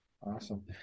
Awesome